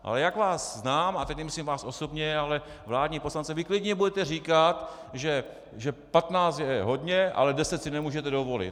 Ale jak vás znám, a teď nemyslím vás osobně, ale vládní poslance, vy klidně budete říkat, že patnáct je hodně, ale deset si nemůžete dovolit.